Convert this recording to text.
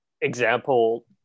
example